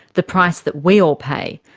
the price that we all pay.